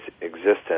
existence